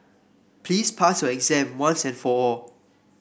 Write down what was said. please pass your exam once and for all